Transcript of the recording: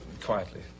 quietly